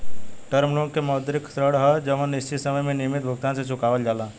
term loan के मौद्रिक ऋण ह जवन निश्चित समय में नियमित भुगतान से चुकावल जाला